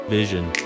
Vision